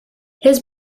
his